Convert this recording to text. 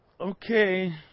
Okay